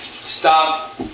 stop